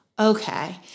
okay